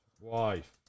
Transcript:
wife